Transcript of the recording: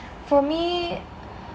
for me